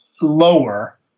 lower